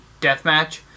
deathmatch